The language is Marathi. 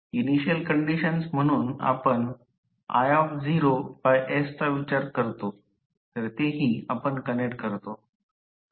इनिशियल कंडिशन्स म्हणून आपण is चा विचार करतो तर तेही आपण कनेक्ट करतो